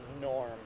norm